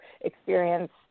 experience